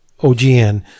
OGN